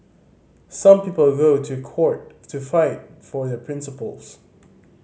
some people go to court to fight for their principles